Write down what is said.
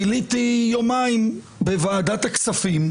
ביליתי יומיים בוועדת הכספים.